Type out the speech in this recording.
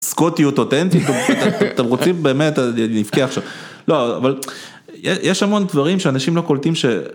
סקוטיות אותנטיות, אתם רוצים באמת, נבכה עכשיו, אבל יש המון דברים שאנשים לא קולטים ש